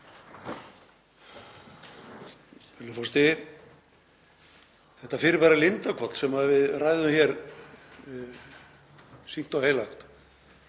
Þetta fyrirbæri Lindarhvoll sem við ræðum hér sýknt og heilagt